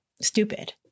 stupid